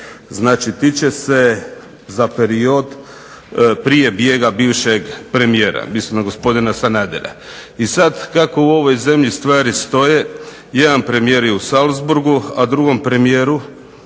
Znači, tiče se za period prije bjega bivšeg premijera, mislim na gospodina Sanadera. I sad kako u ovoj zemlji stvari stoje jedan premijer je u Salzburgu, a drugom premijeru